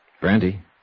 Brandy